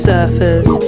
Surfers